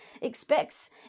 expects